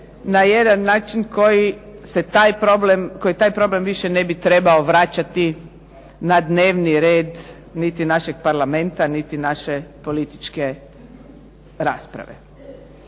na jedan način koji se taj problem, koji taj problem više ne bi trebao vraćati na dnevni red niti našeg Parlamenta, niti naše političke rasprave.